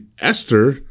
Esther